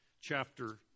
chapter